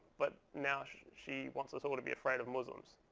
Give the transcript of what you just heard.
but now, she she wants us all to be afraid of muslims.